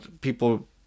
people